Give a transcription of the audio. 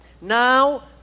now